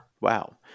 Wow